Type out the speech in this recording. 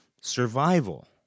survival